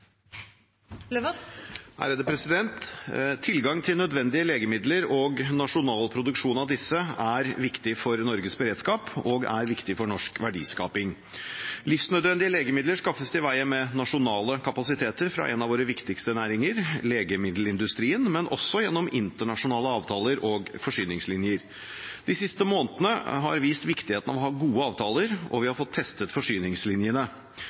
viktig for Norges beredskap og norsk verdiskaping. Livsnødvendige legemidler skaffes til veie med nasjonale kapasiteter fra en av våre viktigste næringer, legemiddelindustrien, men også gjennom internasjonale avtaler og forsyningslinjer. De siste månedene har vist viktigheten av å ha gode avtaler, og vi har fått testet forsyningslinjene.